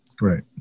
right